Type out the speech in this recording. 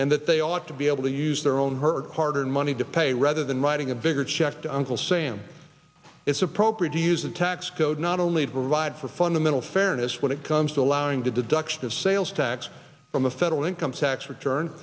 and that they ought to be able to use their own her hard earned money to pay rather than writing a bigger check to uncle sam it's appropriate to use the tax code not only provide for fundamental fairness when it comes to allowing the deduction of sales tax from the federal income tax return